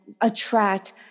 attract